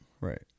Right